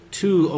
two